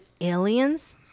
aliens